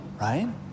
Right